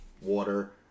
water